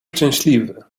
szczęśliwy